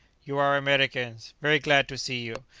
you are americans very glad to see you!